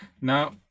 Now